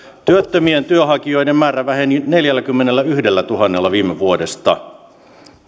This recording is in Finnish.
työttömien työnhakijoiden määrä väheni neljälläkymmenellätuhannella viime vuodesta